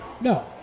No